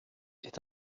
est